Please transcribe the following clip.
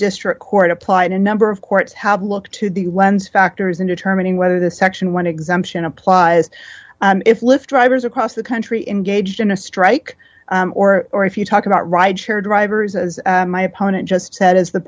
district court applied a number of courts have looked to the lens factors in determining whether the section one exemption applies if lift drivers across the country engaged in a strike or or if you talk about ride share drivers as my opponent just said is the